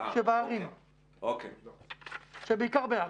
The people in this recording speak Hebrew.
שבערים בעיקר.